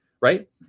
Right